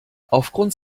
aufgrund